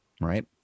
right